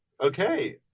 Okay